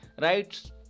right